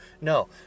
no